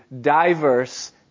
diverse